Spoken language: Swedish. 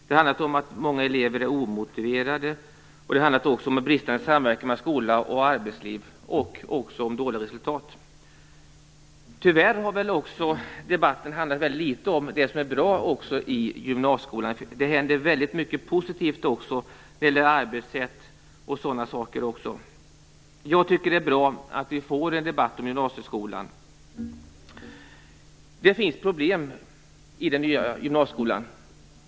Det har handlat om att många elever är omotiverade, om bristande samverkan mellan skola och arbetsliv och om dåliga resultat. Tyvärr har debatten handlat väldigt litet om det som är bra i gymnasieskolan. Det händer väldigt mycket positivt också. Det gäller arbetssätt och sådana saker. Jag tycker att det är bra att vi får en debatt om gymnasieskolan. Det finns problem i den nya gymnasieskolan.